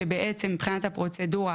שבעצם מבחינת הפרוצדורה,